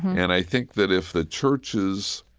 and i think that if the churches